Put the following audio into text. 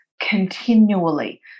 continually